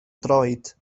droed